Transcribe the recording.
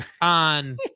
on